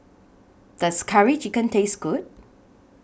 Does Curry Chicken Taste Good